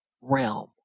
realm